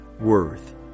worth